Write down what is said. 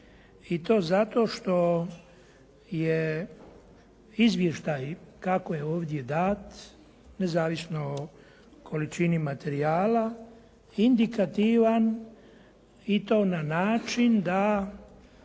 i to zato što je izvještaj kako je ovdje dat nezavisno o količini materijala indikativan i to na način da